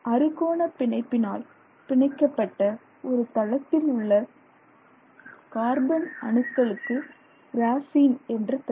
அறுகோண பிணைப்பினால் பிணைக்கப்பட்ட ஒரு தளத்தில் உள்ள கார்பன் அணுக்களுக்கு கிராபின் என்று பெயர்